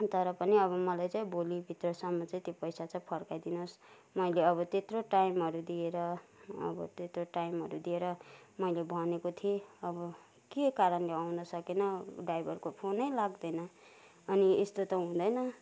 तर पनि अब मलाई चाहिँ भोलि भित्रसम्म चाहिँ त्यो पैसा चाहिँ फर्काइ दिनुहोस् मैले अब त्यत्रो टाइमहरू दिएर अब त्यत्रो टाइमहरू दिएर मैले भनेको थिएँ अब के कारणले आउन सकेन ड्राइभरको फोनै लाग्दैन अनि यस्तो त हुँदैन